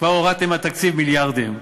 כבר הורדתם מהתקציב מיליארדים.